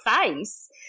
face